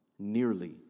nearly